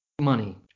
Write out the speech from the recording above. money